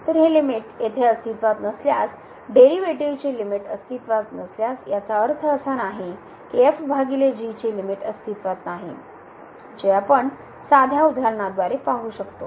तर ही लिमिट येथे अस्तित्त्वात नसल्यास डेरीवेटीवची मर्यादा अस्तित्त्वात नसल्यास याचा अर्थ असा नाही की f g ची लिमिट अस्तित्त्वात नाही जी आपण साध्या उदाहरणाद्वारे पाहू शकतो